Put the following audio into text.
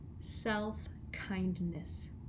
self-kindness